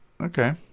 Okay